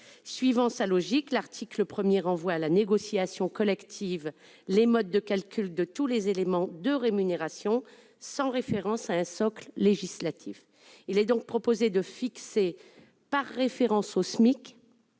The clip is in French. Suivant sa logique, l'article 1 renvoie à la négociation collective les modes de calcul de tous les éléments de rémunération sans référence à un socle législatif. Les auteurs de l'amendement proposent de fixer, en faisant référence au SMIC,